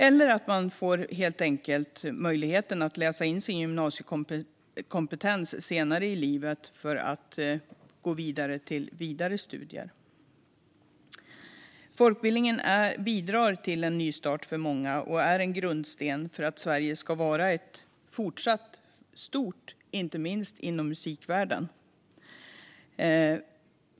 Man kan också få möjlighet att läsa in sin gymnasiekompetens senare i livet för att kunna gå till vidare studier. Folkbildningen bidrar till en nystart för många och är en grundsten för att Sverige fortsatt ska vara stort, inte minst inom musikvärlden.